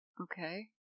Okay